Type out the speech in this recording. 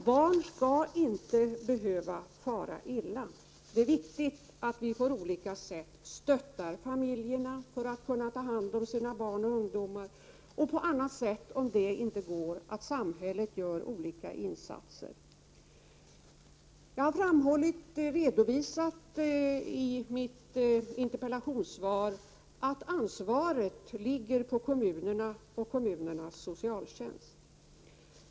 Barn skall inte behöva fara illa, Göran Ericsson! Det är viktigt att vi på olika sätt stöttar föräldrarna, så att de kan ta hand om sina barn och ungdomar och att samhället, om detta inte är möjligt, gör olika insatser. Jag har redovisat i mitt interpellationssvar att ansvaret ligger på kommunerna och kommunernas socialtjänst.